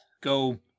Go